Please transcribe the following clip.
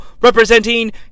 representing